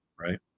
right